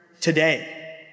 today